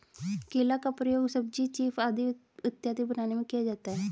केला का प्रयोग सब्जी चीफ इत्यादि बनाने में किया जाता है